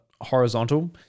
horizontal